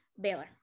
Baylor